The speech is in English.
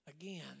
again